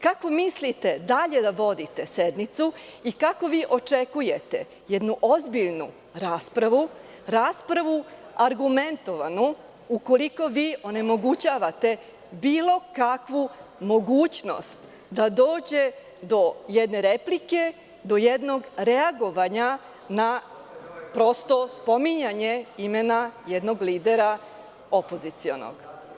Kako mislite dalje da vodite sednicu, i kako vi očekujte jednu ozbiljnu raspravu, raspravu argumentovanu ukoliko vi onemogućavate bilo kakvu mogućnost da dođe do jedne replike, do jednog reagovanja na prosto spominjanje jednog opozicionog lidera?